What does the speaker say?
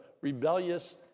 rebellious